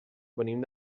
venim